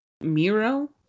Miro